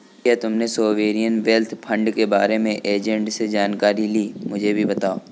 क्या तुमने sovereign wealth fund के बारे में एजेंट से जानकारी ली, मुझे भी बताओ